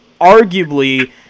arguably